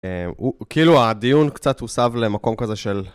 כאילו הדיון קצת הוסב למקום כזה של...